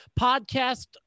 podcast